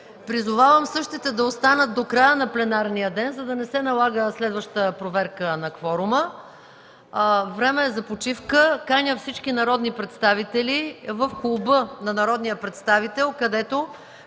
Призовавам същите да останат до края на пленарния ден, за да не се налага следваща проверка на кворума. Време е за почивка. Каня всички народни представители в Клуба на народния представител, където